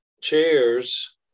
chairs